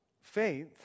Faith